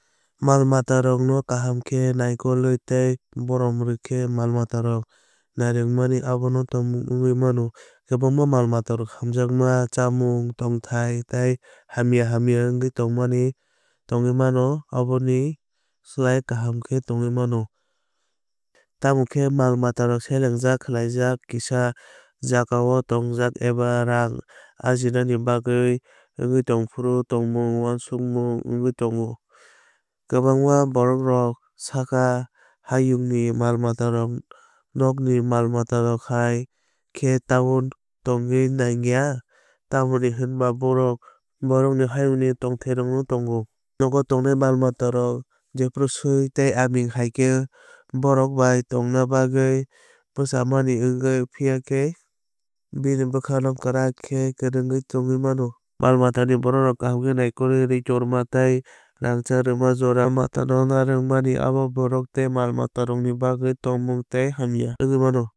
Mal matarokno kaham khe naikolwi tei borom rwkhe mal matarokno narwkmani abo tongmung wngwi mano. Kwbangma mal matarok hamjakma chamung tongthai tei hamya hamya wngwi tongwi mano boni slai kaham khe tongwi mano. Tamokhe mal matarokno chelengjak khlaijak kisa jagao tonjak eba rang ajinani bagwi wngwi tongphuru tongmung uansukmung wngwi thango. Kwbangma borokrok sakha hayungni mal matarokno nokni mal matarok hai khe tonwi tongna nangya tamni hwnba bohrok bohrokni haynugni tongthairogo tongo. Nogo tongnai mal matarok jephru swi tei aming hai khe borok bai tongna bagwi bwchamani wngwi phaikha tei bini bwkhao kwrak khe kwrwngwi tongwi mano. Mal matani borok rok kaham khe naikolwi rwngthoma tei rangchak rwma jorao mal mata no narwkmani abo borok tei mal matarokni bagwi tongmung tei hamya wngwi mano.